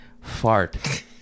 Fart